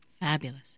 Fabulous